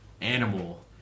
animal